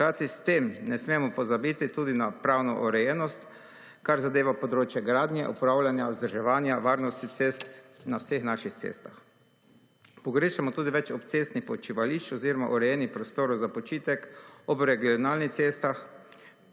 Hkrati s tem ne smemo pozabiti tudi na pravno urejenost, kar zadeva področje gradnje, upravljanja, vzdrževanja, varnosti cest na vseh naših cestah. Pogrešamo tudi več obcestnih počivališč oziroma urejenih prostorov za počitek, ob regionalnih cestah,